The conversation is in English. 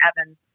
Evans